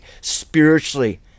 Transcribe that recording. spiritually